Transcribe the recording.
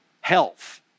health